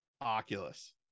Oculus